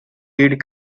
seed